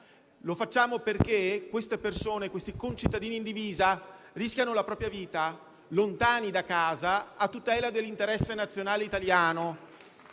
Lo facciamo perché queste persone - questi concittadini in divisa - rischiano la propria vita lontani da casa a tutela dell'interesse nazionale italiano